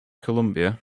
columbia